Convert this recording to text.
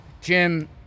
Jim